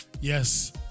Yes